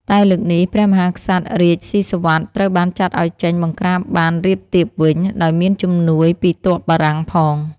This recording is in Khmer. តែលើកនេះ ព្រះមហាឧបរាជស៊ីសុវត្ថិត្រូវបានចាត់ឱ្យចេញបង្ក្រាបបានរាបទាបវិញ ដោយមានជំនួយពីទ័ពបារាំងផង។